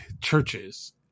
churches